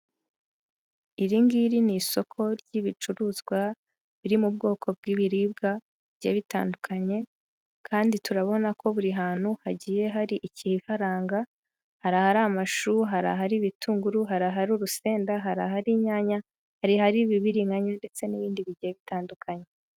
Iri ngiri ni isoko ry'ibicuruzwa biri mu bwoko bw'ibiribwa bigiye bitandukanye, kandi turabona ko buri hantu hagiye hari ikiharanga, hari ahari amashu, hari ahari ibitunguru, hari ahari urusenda, hari ahari inyanya, hari ahari ibiringanya ndetse n'ibindi bigiye bitandukanye.